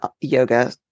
yoga